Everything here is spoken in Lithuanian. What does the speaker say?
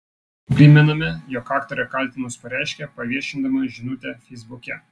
primename jog aktorė kaltinimus pareiškė paviešindama žinutę feisbuke